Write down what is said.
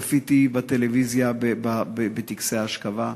צפיתי בטלוויזיה בטקסי האשכבה,